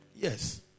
Yes